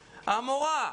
"המורה",